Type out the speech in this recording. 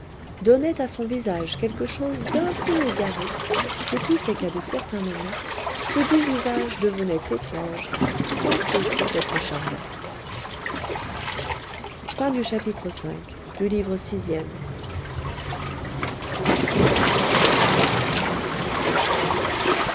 donnait à son visage quelque chose d'un peu égaré ce qui fait qu'à de certains moments ce doux visage devenait étrange sans cesser d'être charmant chapitre vi